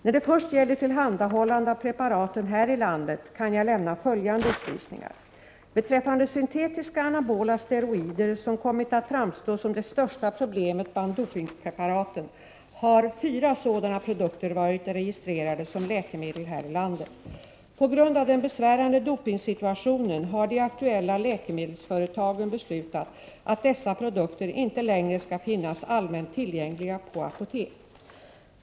När det först gäller tillhandahållande av preparaten här i landet kan jag lämna följande upplysningar. Beträffande syntetiska anabola steroider, som kommit att framstå som det största problemet bland dopingpreparaten, har fyra sådana produkter varit registrerade som läkemedel här i landet. På grund av den besvärande dopingsituationen har de aktuella läkemedelsföretagen beslutat att dessa produkter inte längre skall finnas allmänt tillgängliga på apotek.